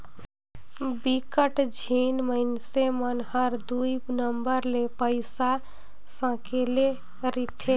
बिकट झिन मइनसे मन हर दुई नंबर ले पइसा सकेले रिथे